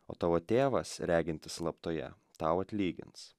o tavo tėvas regintis slaptoje tau atlygins